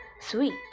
Sweet